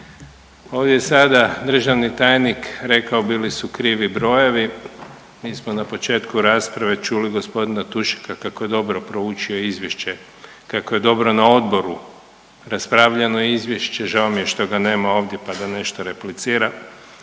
Ovdje sada državni tajnik rekao bili su krivi brojevi. Mi smo na početku rasprave čuli gospodina Tušeka kako je dobro proučio izvješće, kako je dobro na odboru raspravljano izvješće. Žao mi je što ga nema ovdje, pa da nešto replicira